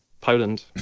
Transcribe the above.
Poland